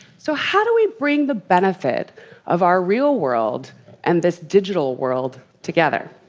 so, how do we bring the benefit of our real world and this digital world together?